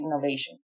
innovation